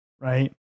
right